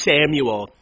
Samuel